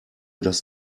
das